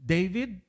David